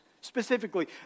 Specifically